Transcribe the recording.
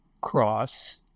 cross